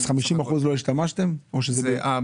אז לא השתמשתם ב-50 אחוזים או מה?